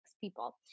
people